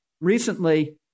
recently